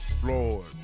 Floyd